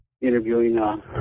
interviewing